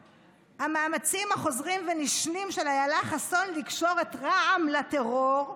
המאמצים החוזרים ונשנים של אילה חסון לקשור את רע"מ לטרור,